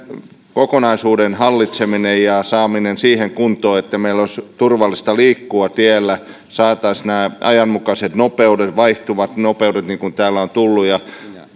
kokonaisuuden hallitseminen ja saaminen siihen kuntoon että meillä olisi turvallista liikkua teillä saataisiin nämä ajanmukaiset nopeudet vaihtuvat nopeudet niin kuin täällä on tullut ja